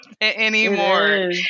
anymore